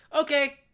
Okay